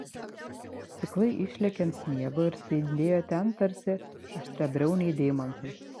stiklai išlėkė ant sniego ir spindėjo ten tarsi aštriabriauniai deimantai